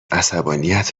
عصبانیت